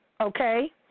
okay